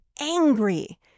angry